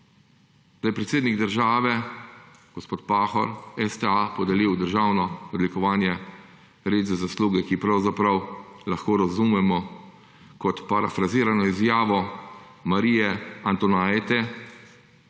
da je predsednik države, gospod Pahor, STA podelil državno odlikovanje red za zasluge, ki pravzaprav lahko razumemo kot parafrazirano izjavo Marije Antoniete,